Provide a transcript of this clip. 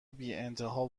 بیانتها